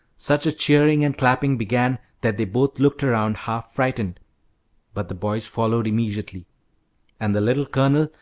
such a cheering and clapping began that they both looked around, half frightened but the boys followed immediately and the little colonel,